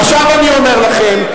עכשיו אני אומר לכם,